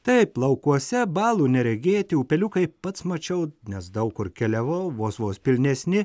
taip laukuose balų neregėti upeliukai pats mačiau nes daug kur keliavau vos vos pilnesni